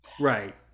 right